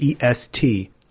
est